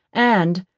and,